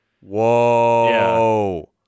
Whoa